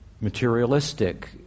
materialistic